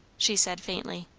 she said faintly.